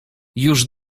już